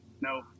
No